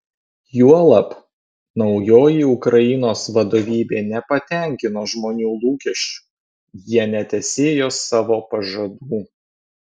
juolab naujoji ukrainos vadovybė nepatenkino žmonių lūkesčių jie netesėjo savo pažadų